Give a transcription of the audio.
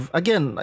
again